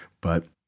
But-